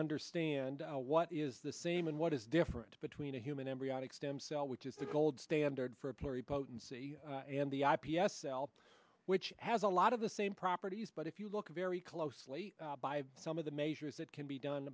understand what is the same and what is different between a human embryonic stem cell which is the gold standard for a period potency and the i p s cell which has a lot of the same properties but if you look very closely by some of the measures that can be done